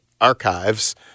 archives